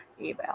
email